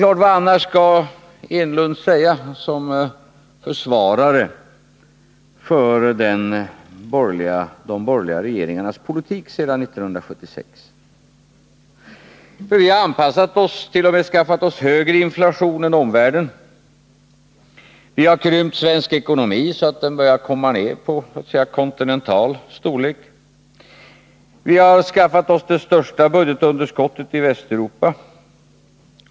Men vad skall Eric Enlund annars säga, som försvarare av de borgerliga regeringarnas politik sedan 1976? Vi har nämligen anpassat oss—t.o.m. skaffat oss högre inflation än omvärlden. Vi har krympt svensk ekonomi, så att den börjar komma ned i så att säga kontinental storlek. Vi har skaffat oss det största budgetunderskottet i Västeuropa.